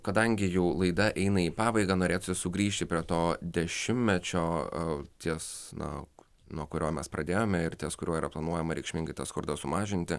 kadangi jų laida eina į pabaigą norėtųsi sugrįžti prie to dešimtmečio o ties na nuo kurio mes pradėjome ir ties kuriuo yra planuojama reikšmingai tą skurdą sumažinti